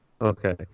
okay